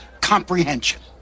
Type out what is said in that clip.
comprehension